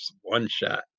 One-Shot